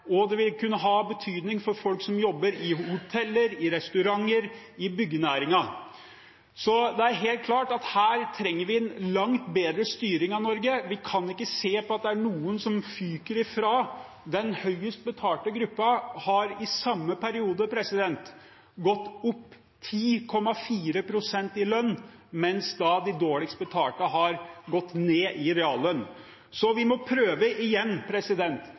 og det vil kunne ha betydning for folk som jobber i hoteller, restauranter og byggenæringen. Det er helt klart at her trenger vi en langt bedre styring av Norge. Vi kan ikke se på at det er noen som fyker ifra. Den høyest betalte gruppen har i samme periode gått opp 10,4 pst. i lønn, mens de dårligst betalte har gått ned i reallønn. Vi må prøve igjen: